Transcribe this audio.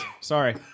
Sorry